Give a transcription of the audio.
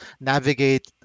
navigate